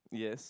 yes